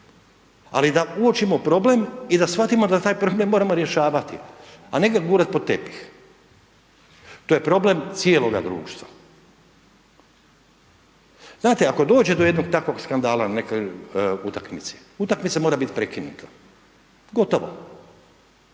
Ali da uočimo problem i da shvatimo da taj problem moramo rješavati a ne ga gurati pod tepih. To je problem cijeloga društva. Znate ako dođe do jednog takvog skandala na nekoj utakmici, utakmica mora biti prekinuta, gotovo.